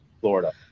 Florida